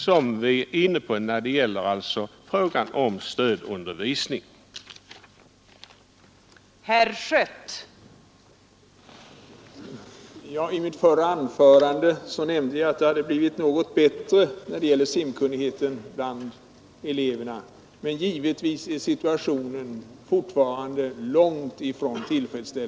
Stödunde RES i simning synnerligen viktigt område, som jag förmodar att den pågående utredningen kommer att få syssla med.